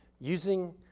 Using